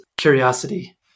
curiosity